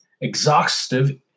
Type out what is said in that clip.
Exhaustive